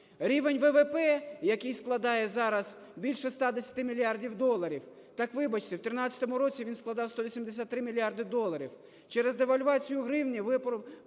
Рівень ВВП, який складає зараз більше 110 мільярдів доларів, так, вибачте, в 2013 році він складав 183 мільярди доларів. Через девальвацію гривні ви